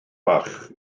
fach